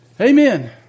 Amen